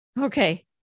Okay